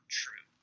true